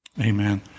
Amen